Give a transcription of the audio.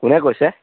কোনে কৈছে